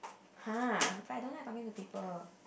!huh! but I don't like talking to people